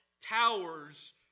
towers